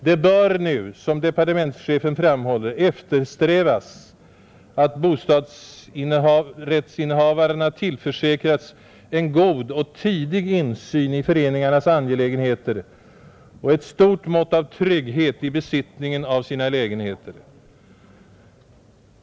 Det bör nu, som departementschefen framhåller, eftersträvas att bostadsrättsinnehavarna tillförsäkras en god och tidig insyn i föreningarnas angelägenheter och ett stort mått av trygghet i besittningen av sina lägenheter.